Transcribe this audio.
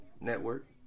network